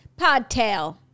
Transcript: Podtail